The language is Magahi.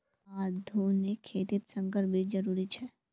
आधुनिक खेतित संकर बीज जरुरी छे